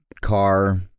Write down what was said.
car